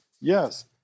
Yes